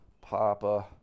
Papa